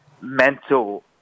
mental